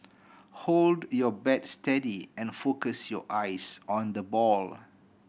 hold your bat steady and focus your eyes on the ball